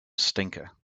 stinker